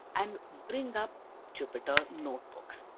and bring up jupyter notebooks.